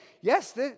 yes